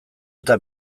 eta